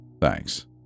Thanks